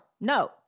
No